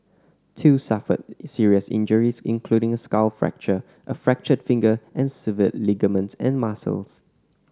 two suffered serious injuries including a skull fracture a fractured finger and severed ligaments and muscles